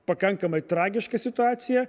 pakankamai tragiška situacija